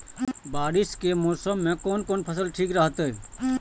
बारिश के मौसम में कोन कोन फसल ठीक रहते?